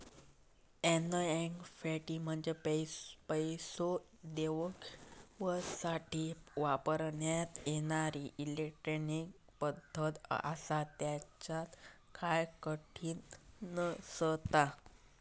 NEFT म्हंजे पैसो देवघेवसाठी वापरण्यात येणारी इलेट्रॉनिक पद्धत आसा, त्येच्यात काय कठीण नसता